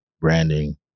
branding